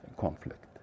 conflict